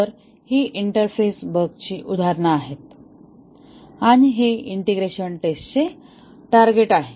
तर ही इंटरफेस बगची उदाहरणे आहेत आणि हे इंटिग्रेशन टेस्टचे टार्गेट आहे